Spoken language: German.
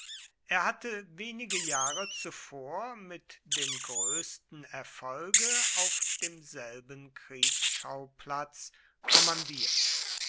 er hatte wenige jahre zuvor mit dem größten erfolge auf demselben kriegsschauplatz kommandiert